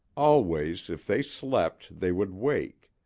always if they slept they would wake,